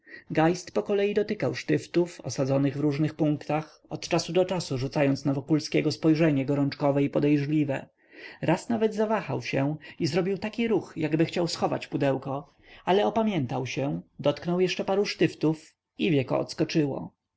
sposób geist pokolei dotykał sztyftów osadzonych w różnych punktach od czasu do czasu rzucając na wokulskiego spojrzenia gorączkowe i podejrzliwe raz nawet zawahał się i zrobił taki ruch jakby chciał schować pudełko ale opamiętał się dotknął jeszcze paru sztyftów i wieko odskoczyło